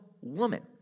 woman